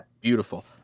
Beautiful